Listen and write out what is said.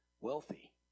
wealthy